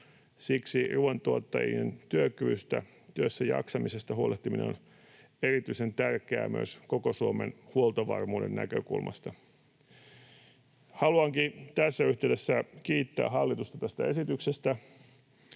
Siksi ruuantuottajien työkyvystä, työssäjaksamisesta huolehtiminen on erityisen tärkeää myös koko Suomen huoltovarmuuden näkökulmasta. Haluankin tässä yhteydessä kiittää hallitusta tästä esityksestä,